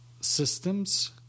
systems